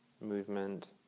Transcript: movement